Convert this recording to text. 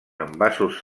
envasos